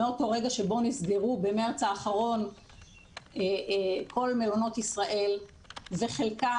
מאותו רגע שבו נסגרו במרץ האחרון כל מלונות ישראל וחלקם,